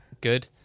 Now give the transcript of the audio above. good